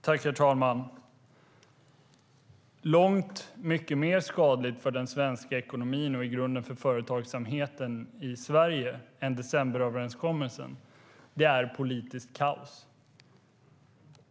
Herr talman! Långt mycket mer skadligt för den svenska ekonomin, och i grunden för företagsamheten i Sverige, än decemberöverenskommelsen är politiskt kaos.